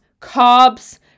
carbs